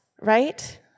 right